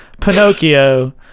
Pinocchio